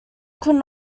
could